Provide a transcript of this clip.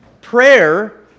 Prayer